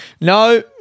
No